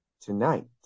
Tonight